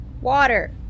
Water